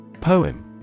Poem